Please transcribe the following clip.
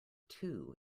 two